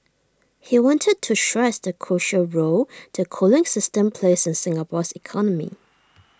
he wanted to stress the crucial role the cooling system plays in Singapore's economy